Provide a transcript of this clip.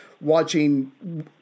watching